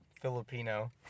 Filipino